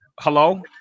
Hello